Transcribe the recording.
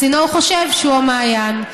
הצינור חושב שהוא המעיין.